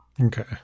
Okay